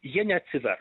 jie neatsivers